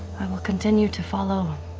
i will continue to follow.